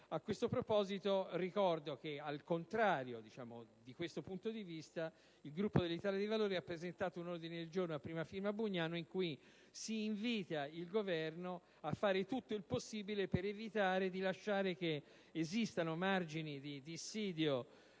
A tal proposito ricordo che, in disaccordo con questo punto di vista, il Gruppo dell'Italia dei Valori ha presentato un ordine del giorno a prima firma Bugnano con cui si invita il Governo a fare tutto il possibile per evitare di lasciare margini di dissidio